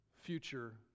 future